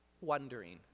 wondering